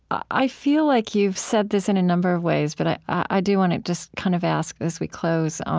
i feel like you've said this in a number of ways, but i i do want to just kind of ask, as we close, um